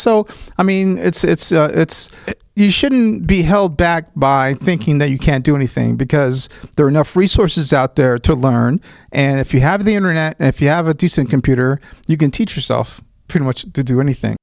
so i mean it's it's you shouldn't be held back by thinking that you can't do anything because there are enough resources out there to learn and if you have the internet if you have a decent computer you can teach yourself pretty much to do anything